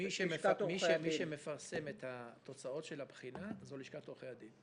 מי שמפרסם את התוצאות של הבחינה זה לשכת עורכי הדין.